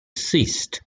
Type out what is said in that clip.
ceased